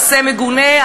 מעשה מגונה,